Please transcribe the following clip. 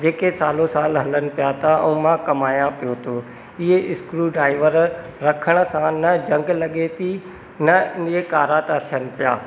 जेके सालो सालु हलनि पिया था उहो मां कमाया पियो थो इहे स्क्रू डाइवर रखण सां न ज़ंगु लॻे थी न इहे कारा था थियनि पिया